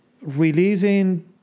releasing